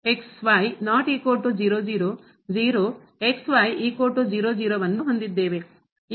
ಆದ್ದರಿಂದ ನಾವು ಅನ್ನು ಹೊಂದಿದ್ದೇವೆ